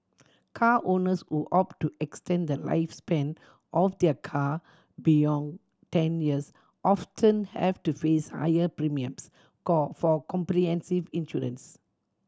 car owners who opt to extend the lifespan of their car beyond ten years often have to face higher premiums for comprehensive insurance